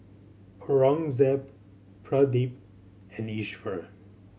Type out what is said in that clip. Aurangzeb Pradip and Iswaran